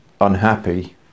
unhappy